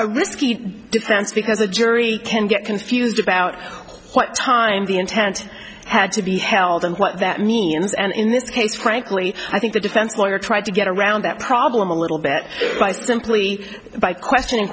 because the jury can get confused about what time the intent had to be held and what that means and in this case frankly i think the defense lawyer tried to get around that problem a little bit by simply by questioning